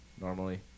normally